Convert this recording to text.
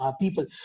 people